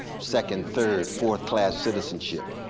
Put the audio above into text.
second, third, fourth class citizenship.